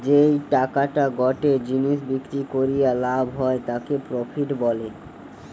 যেই টাকাটা গটে জিনিস বিক্রি করিয়া লাভ হয় তাকে প্রফিট বলে